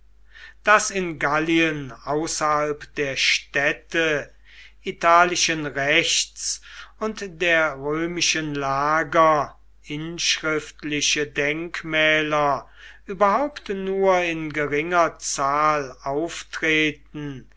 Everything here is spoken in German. daß in gallien außerhalb der städte italischen rechts und der römischen lager inschriftliche denkmäler überhaupt nur in geringer zahl auftreten